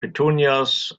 petunias